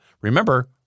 Remember